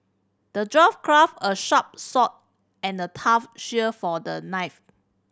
the dwarf crafted a sharp sword and a tough shield for the knife